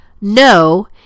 no